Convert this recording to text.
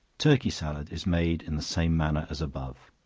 turkey salad is made in the same manner as above.